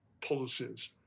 policies